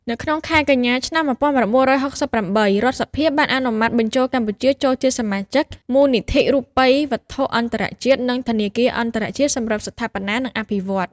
នៅក្នុងខែកញ្ញា ឆ្នាំ១៩៦៨ រដ្ឋសភាបានអនុម័តបញ្ចូលកម្ពុជាចូលជាសមាជិកមូលនិធិរូបិយវត្ថុអន្តរជាតិ និងធនាគារអន្តរជាតិសម្រាប់ស្ថាបនា និងអភិវឌ្ឍន៍។